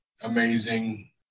amazing